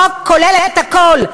חוק כולל את הכול.